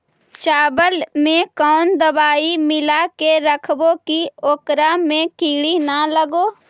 चावल में कोन दबाइ मिला के रखबै कि ओकरा में किड़ी ल लगे?